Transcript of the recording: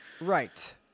Right